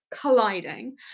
colliding